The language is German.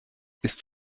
ist